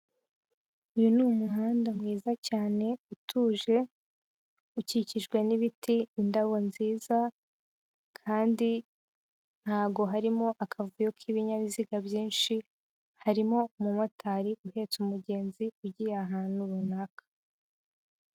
Uyu ni umuhanda mwiza cyane utuje ukikijwe n'ibiti, indabo nziza kandi ntabwo harimo akavuyo k'ibinyabiziga byinshi, harimo umumotari uhetse umugenzi ugiye ahantu runaka.